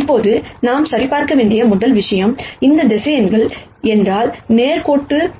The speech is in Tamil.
இப்போது நாம் சரிபார்க்க வேண்டிய முதல் விஷயம் இந்த வெக்டர்ஸ் என்றால் லீனியர்